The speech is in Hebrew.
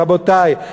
רבותי,